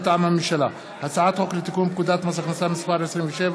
מטעם הממשלה: הצעת חוק לתיקון פקודת המכס (מס' 27),